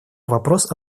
вопрос